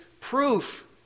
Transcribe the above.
proof